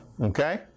okay